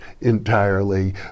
entirely